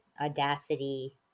audacity